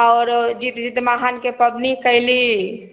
आओर जीत जितमाहनके पबनी कएली